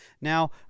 now